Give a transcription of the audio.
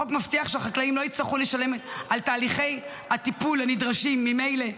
והחוק מבטיח שהחקלאים לא יצטרכו לשלם על תהליכי הטיפול הנדרשים ממילא,